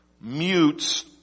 mutes